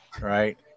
right